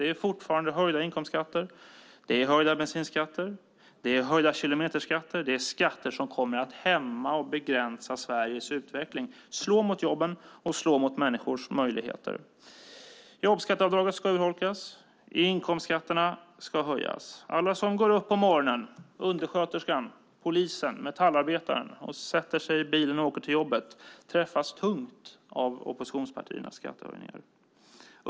Det handlar fortfarande om höjda inkomstskatter, höjda bensinskatter och höjda kilometerskatter. Det är skatter som kommer att hämma och begränsa Sveriges utveckling. Det kommer att slå mot jobben och mot människors möjligheter. Jobbskatteavdraget ska urholkas. Inkomstskatterna ska höjas. De som går upp på morgonen - undersköterskan, polisen och metallarbetaren - och sätter sig i bilen och åker till jobbet drabbas tungt av oppositionspartiernas skattehöjningar.